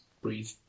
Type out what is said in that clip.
breathe